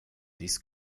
dies